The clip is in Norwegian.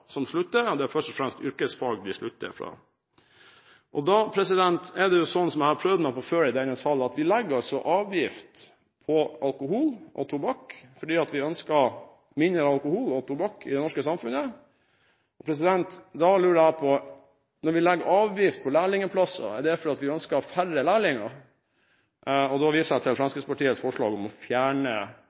som slutter, og det er først og fremst de på yrkesfag som slutter. Det er altså sånn, som jeg har sagt tidligere i denne salen, at vi legger avgift på alkohol og tobakk fordi vi ønsker mindre alkohol og tobakk i det norske samfunnet. Da lurer jeg: Når vi legger avgift på lærlingplasser, er det fordi vi ønsker færre lærlinger? Da viser jeg til Fremskrittspartiets forslag om å fjerne